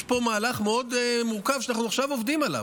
יש פה מהלך מאוד מורכב שאנחנו עכשיו עובדים עליו.